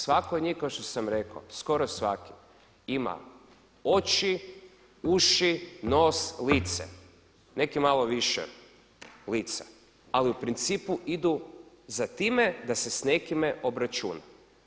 Svatko od njih kao što sam rekao, skoro svaki ima oči, uši, nos, lice, neki malo više lica ali u principu idu za time da se s nekime obračuna.